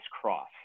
cross